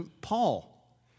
Paul